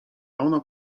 ona